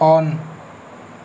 on